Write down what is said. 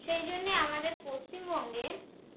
সেই জন্যে আমাদের পশ্চিমবঙ্গে